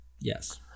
yes